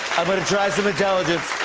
i'm gonna try some intelligence.